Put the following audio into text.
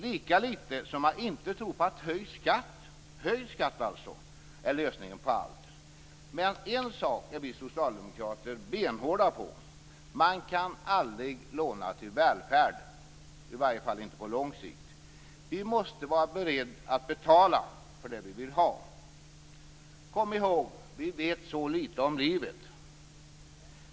Jag tror inte heller på att höjd skatt är lösningen på allt. Men en sak är vi socialdemokrater benhårda på, nämligen att man aldrig kan låna till välfärd, i alla fall inte på lång sikt. Vi måste vara beredda att betala för det vi vill ha. Kom ihåg att vi vet så lite om livet.